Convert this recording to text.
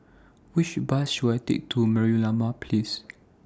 Which Bus should I Take to Merlimau Place